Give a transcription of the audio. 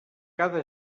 cada